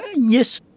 yes,